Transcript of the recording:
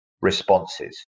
responses